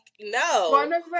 no